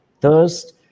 thirst